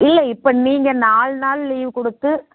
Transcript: இல்லை இப்போ நீங்கள் நால் நாள் லீவ் கொடுத்து